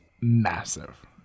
massive